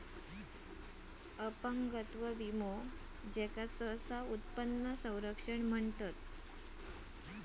अपंगत्व विमो, ज्याका सहसा उत्पन्न संरक्षण म्हणतत